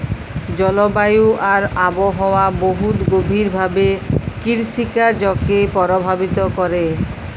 জলবায়ু আর আবহাওয়া বহুত গভীর ভাবে কিরসিকাজকে পরভাবিত ক্যরে